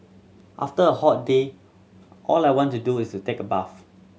after a hot day all I want to do is take a bath